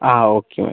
ആ okay okay